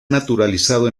naturalizado